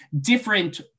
different